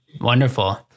Wonderful